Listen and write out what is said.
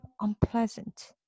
unpleasant